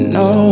no